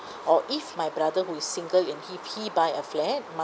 or if my brother who is single and he he buy a flat my